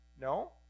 No